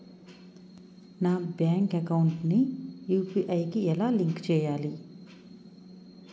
నా bank account ని UPI కి ఎలా లింక్ చేసుకోవాలి?